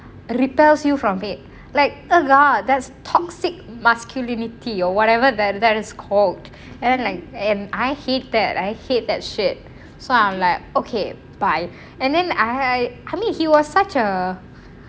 repels you from it like a god that's toxic masculinity or whatever that that is called airline and I hate that I hate that shit so I will be like okay bye and then I mean he was such a